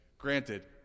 Granted